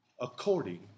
according